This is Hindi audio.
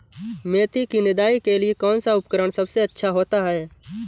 मेथी की निदाई के लिए कौन सा उपकरण सबसे अच्छा होता है?